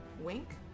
Wink